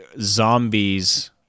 zombies